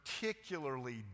particularly